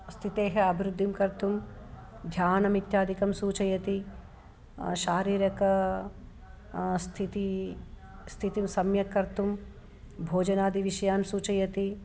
स्थितेः अभिरुद्धिं कर्तुं ध्यानमित्यादिकं सूचयति शारीरिकी स्थितिः स्थितिं सम्यक् कर्तुं भोजनादि विषयान् सूचयति